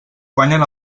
guanyen